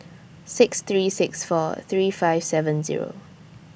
six three six four three five seven Zero